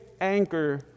anchor